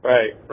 Right